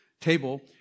table